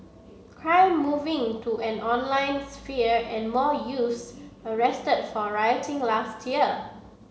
crime moving to an online sphere and more youths arrested for rioting last year